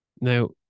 Now